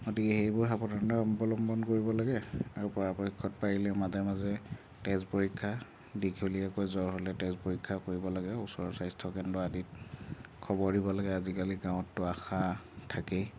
গতিকে সেইবোৰ সাৱধানতা অৱলম্বন কৰিব লাগে আৰু পৰাপক্ষত পাৰিলে মাজে মাজে তেজ পৰীক্ষা দীঘলীয়াকৈ জ্বৰ হ'লে তেজ পৰীক্ষা কৰিব লাগে ওচৰৰ স্বাস্থ্যকেন্দ্ৰ আদিত খবৰ দিব লাগে আজিকালি গাঁৱতটো আশা থাকেই